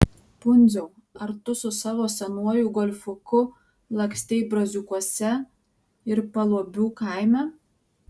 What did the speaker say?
pundziau ar tu su savo senuoju golfuku lakstei braziūkuose ir paluobių kaime